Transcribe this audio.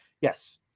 Yes